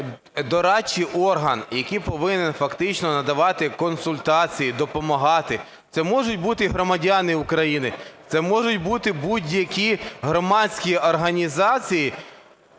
дорадчий орган, який повинен фактично надавати консультації, допомагати – це можуть бути громадяни України, це можуть бути будь-які громадські організації,